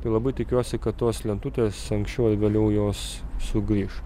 tai labai tikiuosi kad tos lentutės anksčiau ar vėliau jos sugrįš